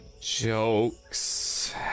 jokes